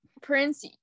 Prince